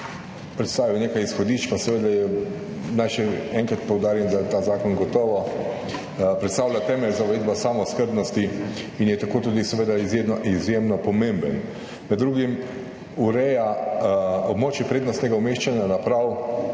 predstavil nekaj izhodišč, pa naj še enkrat poudarim, da ta zakon gotovo predstavlja temelj za uvedbo samooskrbnosti in je tako tudi seveda izjemno, izjemno pomemben. Med drugim ureja območje prednostnega umeščanja naprav